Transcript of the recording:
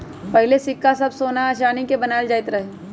पहिले सिक्का सभ सोना आऽ चानी के बनाएल जाइत रहइ